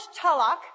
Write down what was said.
Tullock